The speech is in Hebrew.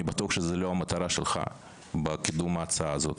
בטוח שזו לא המטרה שלך בקידום ההצעה הזאת.